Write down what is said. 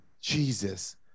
Jesus